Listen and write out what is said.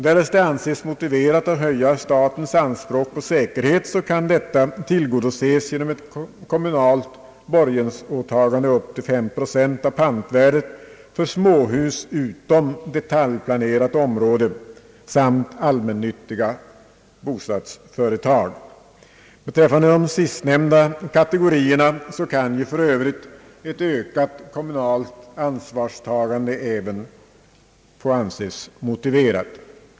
Därest det anses motiverat att höja statens anspråk på säkerhet, kan detta tillgodoses genom ett kommunalt borgensåtagande upp till 5 procent av pantvärdet för småhus utom detaljplanerat område samt allmännyttiga bostadsföretag. Beträffande sistnämnda kategori kan ett ökat kommunalt ansvarstagande även vara motiverat.